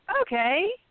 okay